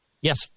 Yes